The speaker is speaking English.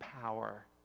power